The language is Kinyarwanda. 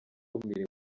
gukumira